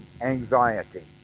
anxiety